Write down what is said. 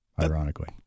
ironically